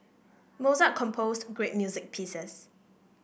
Mozart composed great music pieces